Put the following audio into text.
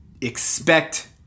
Expect